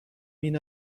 این